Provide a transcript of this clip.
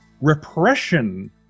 repression